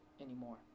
anymore